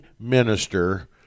minister